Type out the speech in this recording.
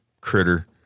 critter